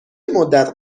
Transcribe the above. مدت